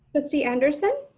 trustee anderson.